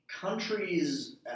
countries